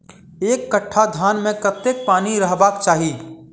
एक कट्ठा धान मे कत्ते पानि रहबाक चाहि?